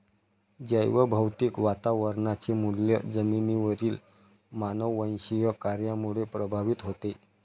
जैवभौतिक वातावरणाचे मूल्य जमिनीवरील मानववंशीय कार्यामुळे प्रभावित होते